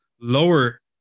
lower